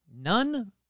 none